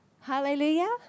Hallelujah